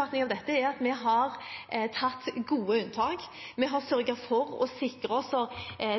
av dette er at vi har tatt gode unntak. Vi har sørget for å sikre oss